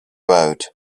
road